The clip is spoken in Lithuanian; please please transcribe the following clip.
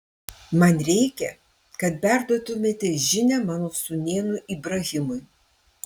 man reikia kad perduotumėte žinią mano sūnėnui ibrahimui